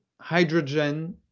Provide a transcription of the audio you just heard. hydrogen